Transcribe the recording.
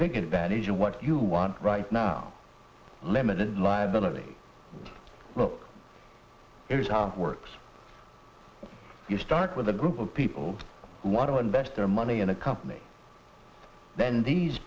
big advantage in what you want right now limited liability look here's how it works you start with a group of people who want to invest their money in a company then these